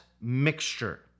mixture